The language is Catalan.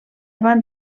van